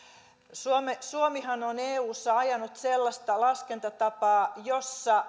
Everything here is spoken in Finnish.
suomihan on eussa ajanut sellaista laskentatapaa jossa